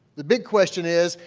the big question is,